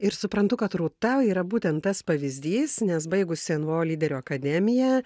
ir suprantu kad rūta yra būtent tas pavyzdys nes baigusi nvo lyderių akademiją